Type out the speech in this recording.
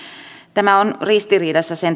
tämä on ristiriidassa sen